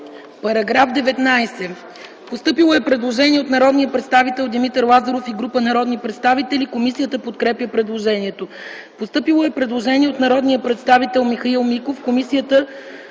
ФИДОСОВА: Постъпило е предложение от народния представител Димитър Лазаров и група народни представители за § 19. Комисията подкрепя предложението. Постъпило е предложение от народния представител Михаил Миков, което